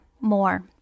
more